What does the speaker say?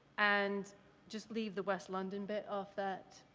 and just leave the west-london bit off that